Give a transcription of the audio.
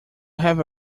have